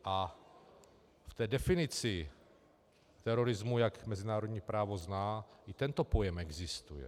A v té definici terorismu, jak mezinárodní právo zná, i tento pojem existuje.